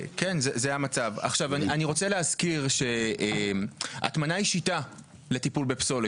אני רוצה להזכיר שהטמנה היא שיטה לטיפול בפסולת.